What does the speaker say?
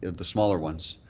the smaller ones,